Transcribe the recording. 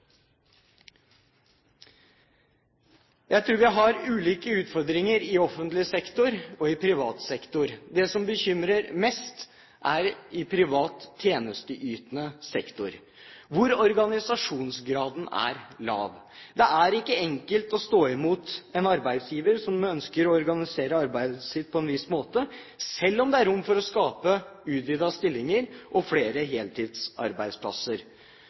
Jeg tror vi har ulike utfordringer i offentlig sektor og i privat sektor. Det som bekymrer mest, er i privat tjenesteytende sektor, hvor organisasjonsgraden er lav. Det er ikke enkelt å stå imot en arbeidsgiver som ønsker å organisere arbeidet sitt på en viss måte, selv om det er rom for å skape utvidede stillinger og flere heltidsarbeidsplasser.